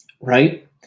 Right